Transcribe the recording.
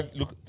Look